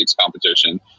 competition